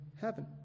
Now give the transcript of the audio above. heaven